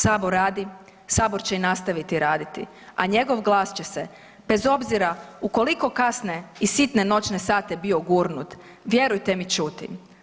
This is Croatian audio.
Sabor radi, Sabor će i nastaviti raditi a njegov glas će se bez obzira u koliko kasne i sitne noćne sate bio gurnut vjerujte mi čuti.